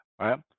right